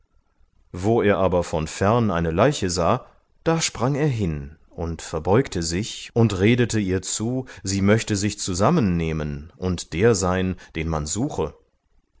wo er aber von fern eine leiche sah da sprang er hin und verbeugte sich und redete ihr zu sie möchte sich zusammennehmen und der sein den man suchte